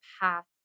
path